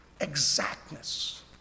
exactness